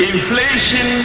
Inflation